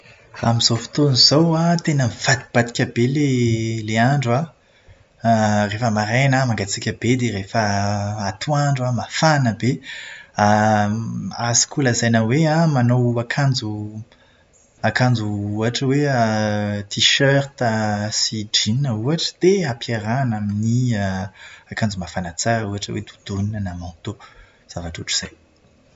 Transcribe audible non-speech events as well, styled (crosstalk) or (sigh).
Amin'izao fotoana izao an, tena mivadibadika be ilay- ilay andro an. (hesitation) Rehefa maraina mangatsiaka be dia rehefa atoandro mafana be. (hesitation) Azoko lazaina hoe manao akanjo akanjo ohatra hoe (hesitation) t-shirt (hesitation) sy jeans ohatra, dia ampiarahana amin'ny (hesitation) akanjo mafana tsara ohatra hoe "doudoune" na "manteau". Zavatra ohatr'izay.